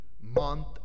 month